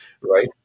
right